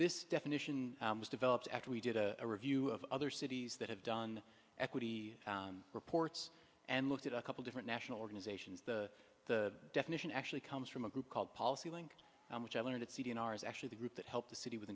this definition was developed after we did a review of other cities that have done equity reports and looked at a couple different national organizations the the definition actually comes from a group called policy link which i learned c d n are is actually the group that helped the city with